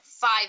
five